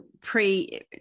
Pre